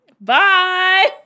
Bye